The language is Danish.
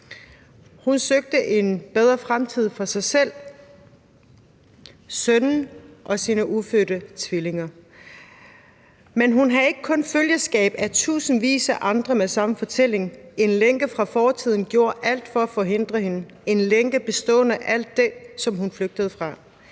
Hun søgte en bedre fremtid for sig selv, sønnen og sine ufødte tvillinger. Men hun havde ikke kun følgeskab af tusindvis af andre med samme fortælling; en lænke fra fortiden gjorde alt for at forhindre hende i det, en lænke bestående af alt det, som hun flygtede fra.